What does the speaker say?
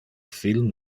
film